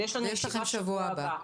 ויש לנו ישיבה בשבוע הבא.